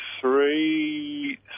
three